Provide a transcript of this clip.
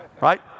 Right